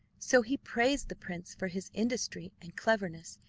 so he praised the prince for his industry and cleverness,